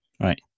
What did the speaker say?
Right